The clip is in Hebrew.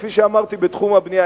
כפי שאמרתי לגבי תחום הבנייה,